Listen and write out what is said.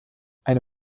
eine